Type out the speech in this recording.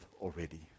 already